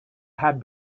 had